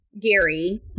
Gary